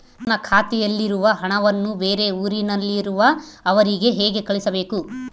ನನ್ನ ಖಾತೆಯಲ್ಲಿರುವ ಹಣವನ್ನು ಬೇರೆ ಊರಿನಲ್ಲಿರುವ ಅವರಿಗೆ ಹೇಗೆ ಕಳಿಸಬೇಕು?